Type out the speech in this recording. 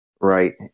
Right